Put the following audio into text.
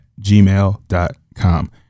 gmail.com